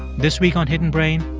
this week on hidden brain